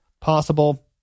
possible